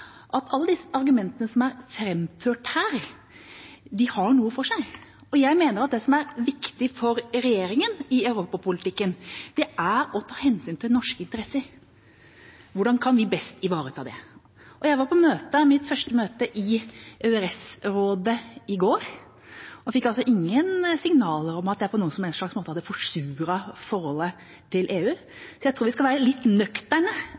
at alle de argumentene som er framført her, har noe for seg. Jeg mener at det som er viktig for regjeringa i europapolitikken, er å ta hensyn til norske interesser og hvordan vi best kan ivareta det. Jeg var på mitt første møte i EØS-rådet i går og fikk ingen signaler om at jeg på noen som helst måte hadde forsuret forholdet til EU. Så jeg tror vi skal være litt nøkterne